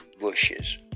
bushes